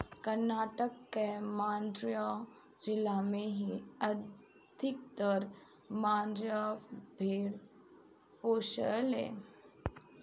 कर्नाटक के मांड्या जिला में ही अधिकतर मंड्या भेड़ पोसाले